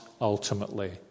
ultimately